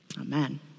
Amen